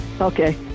Okay